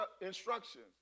instructions